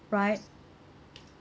right